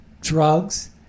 drugs